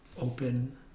open